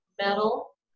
metal